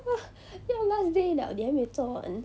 !wah! 要 last day 了你还没有做完